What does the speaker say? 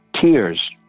tears